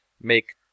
make